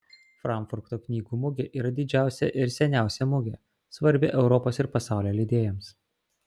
frankfurto knygų mugė yra didžiausia ir seniausia mugė svarbi europos ir pasaulio leidėjams